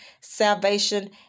salvation